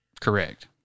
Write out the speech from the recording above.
correct